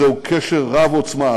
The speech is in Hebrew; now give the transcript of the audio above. זהו קשר רב-עוצמה,